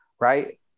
right